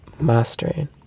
mastering